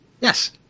Yes